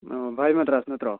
ꯑꯣ ꯚꯥꯏ ꯃꯗ꯭ꯔꯥꯁ ꯅꯠꯇ꯭ꯔꯣ